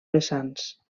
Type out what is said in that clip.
vessants